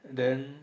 then